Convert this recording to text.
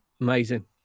Amazing